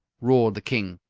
roared the king.